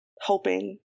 hoping